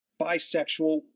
bisexual